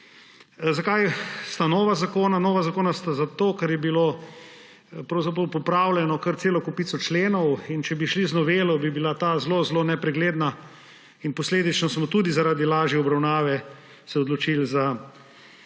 Zakaj sta nova zakona? Nova zakona sta zato, ker je bila pravzaprav popravljena kar cela kopica členov, in če bi šli z novelo, bi bila ta zelo zelo nepregledna. Posledično smo se tudi zaradi lažje obravnave odločili za